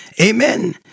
amen